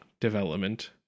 development